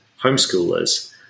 homeschoolers